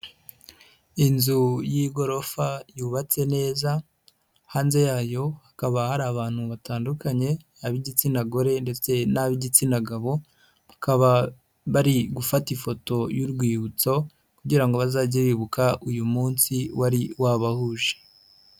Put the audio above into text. Inzu y'igorofa yubatse neza, hanze yayo hakaba hari abantu batandukanye, ab'igitsina gore ndetse n'ab'igitsina gabo, bakaba bari gufata ifoto y'urwibutso kugira ngo bazajye bibuka uyu munsi wari wabahuje.